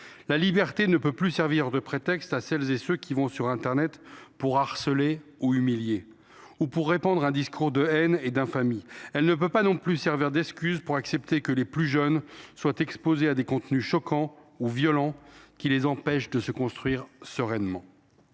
La liberté ne peut plus servir de prétexte à celles et à ceux qui vont sur internet pour harceler ou humilier, ou pour répandre un discours de haine et d’infamie. Elle ne peut pas, non plus, servir d’excuse pour accepter que les plus jeunes soient exposés à des contenus choquants ou violents qui les empêchent de se construire sereinement.